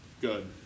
good